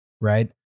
Right